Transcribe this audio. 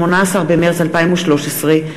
18 במרס 2013,